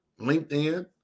LinkedIn